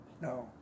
No